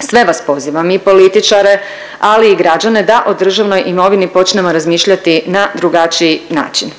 Sve vas pozivam i političare ali i građane da o državnoj imovini počnemo razmišljati na drugačiji način.